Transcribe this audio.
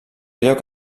lloc